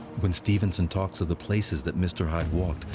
when stevenson talks of the places that mr. hyde walked,